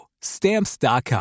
Stamps.com